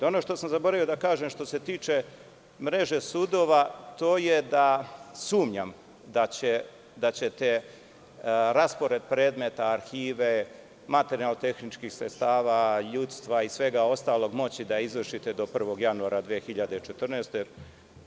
Ono što sam zaboravio da kažem, što se tiče mreže sudova, to je da sumnjam da ćete raspored predmeta, arhive, materijalno tehničkih sredstava, ljudstva, i svega ostalog moći da izvršite do 1. januara 2014. godine.